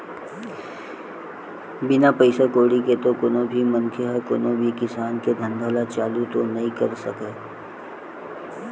बिना पइसा कउड़ी के तो कोनो भी मनखे ह कोनो भी किसम के धंधा ल चालू तो करे नइ सकय